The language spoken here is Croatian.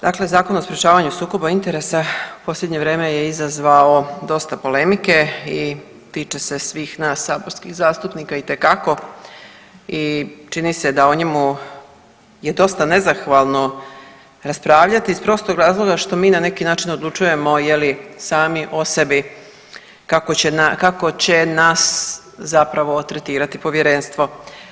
Dakle, Zakon o sprečavanju sukoba interesa u posljednje vrijeme je izazvao dosta polemike i tiče se svih nas saborskih zastupnika itekako i čini se da o njemu je dosta nezahvalno raspravljati iz prostog razloga što mi na neki način odlučujemo je li sami o sebi kako će nas zapravo tretirati povjerenstvo.